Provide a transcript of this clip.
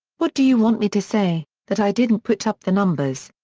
what do you want me to say, that i didn't put up the numbers?